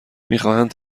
میخواهند